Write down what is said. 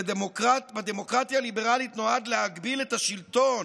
שבדמוקרטיה הליברלית נועד להגביל את השלטון